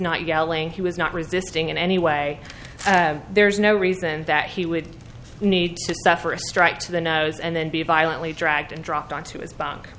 not yelling he was not resisting in any way there is no reason that he would need to suffer a strike to the nose and then be violently dragged and dropped onto his bunk